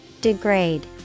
Degrade